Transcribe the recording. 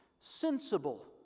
Sensible